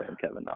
Kevin